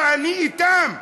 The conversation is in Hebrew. ואני אתן.